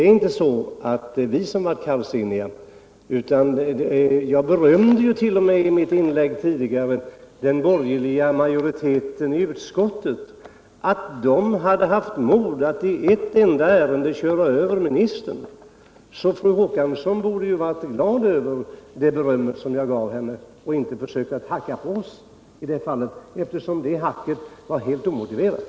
Vi var alltså inte kallsinniga. I mitt tidigare inlägg berömde jag t.o.m. den borgerliga majoriteten i utskottet för att den hade haft mod att i ett enda ärende köra över ministern. Fru Håkansson borde vara glad över det beröm jag gav henne och inte försöka hacka på oss i det här fallet, eftersom det är helt omotiverat.